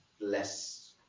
less